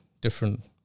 different